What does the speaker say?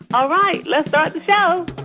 all right, let's start the show